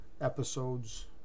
episodes